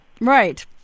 Right